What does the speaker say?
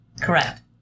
Correct